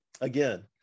again